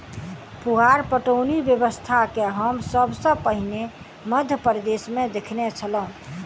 फुहार पटौनी व्यवस्था के हम सभ सॅ पहिने मध्य प्रदेशमे देखने छलौं